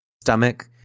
stomach